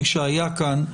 מי שהיה כאן,